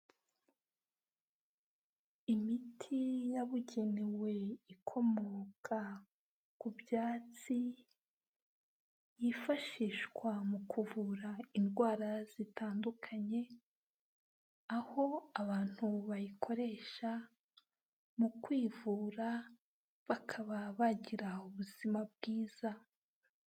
Imiti yabugenewe ikomoka ku byatsi yifashishwa mu kuvura indwara zitandukanye, aho abantu bayikoresha mu kwivura bakaba bagira ubuzima bwiza.